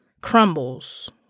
crumbles